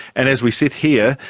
and as we sit here,